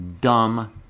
dumb